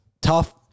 tough